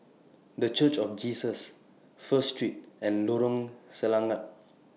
The Church of Jesus First Street and Lorong Selangat